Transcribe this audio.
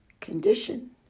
condition